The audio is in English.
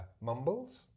Mumbles